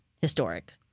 historic